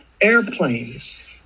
airplanes